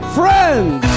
friends